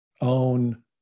own